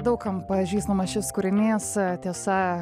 daug kam pažįstamas šis kūrinys tiesa